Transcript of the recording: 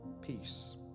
peace